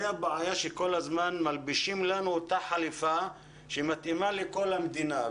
הבעיה שכל הזמן מלבישים עלינו את אותה חליפה שמתאימה לכל המדינה.